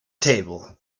table